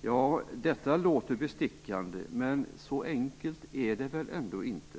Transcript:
Ja, detta låter bestickande, men så enkelt är det väl ändå inte.